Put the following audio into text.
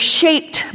shaped